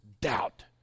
doubt